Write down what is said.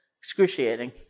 excruciating